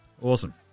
Awesome